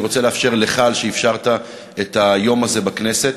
אני רוצה להודות לך על שאפשרת את היום הזה בכנסת.